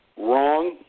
wrong